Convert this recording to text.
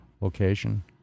location